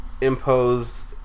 imposed